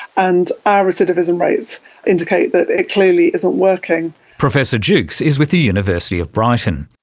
and our recidivism rates indicate that it clearly isn't working. professor jewkes is with the university of brighton.